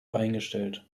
eingestellt